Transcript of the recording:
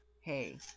hey